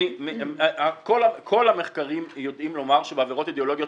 כל המחקרים יודעים לומר שבעבירות אידיאולוגיות